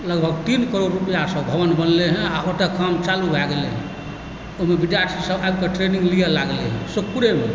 लगभग तीन करोड़ रुपआसँ भवन बनलै हँ आओर ओतय काम चालू भए गेलैए हँ ओहिमे विद्यार्थी सब आबिकऽ ट्रेनिङ्ग लिअ लागलैए हँ सुखपुरेमे